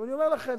אני אומר לכם,